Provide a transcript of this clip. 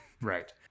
right